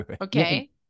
Okay